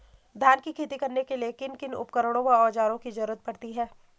धान की खेती करने के लिए किन किन उपकरणों व औज़ारों की जरूरत पड़ती है?